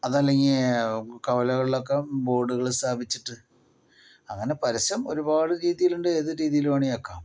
അതല്ലെങ്കിൽ കവലകളിൽ ഒക്കെ ബോർഡുകൾ സ്ഥാപിച്ചിട്ട് അങ്ങനെ പരസ്യം ഒരുപാട് രീതിയിലുണ്ട് ഏത് രീതിയിലും വേണമങ്കിൽ ആക്കാം